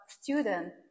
student